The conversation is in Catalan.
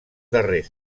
darrers